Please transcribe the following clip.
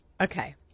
Okay